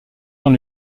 dans